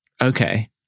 Okay